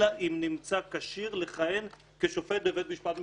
אלא אם נמצא כשיר לכהן כשופט בבית משפט מחוזי.